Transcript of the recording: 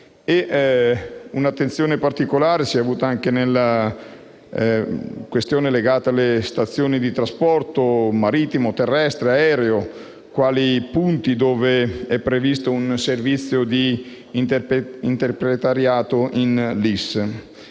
Un'attenzione particolare si è avuta anche rispetto alla questione legata alle stazioni di trasporto marittimo, terrestre e aereo quali punti in cui è previsto un servizio di interpretariato in LIS.